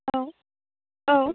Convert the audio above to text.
औ औ